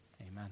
Amen